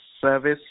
service